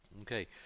Okay